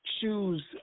choose